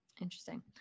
Interesting